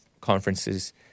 conferences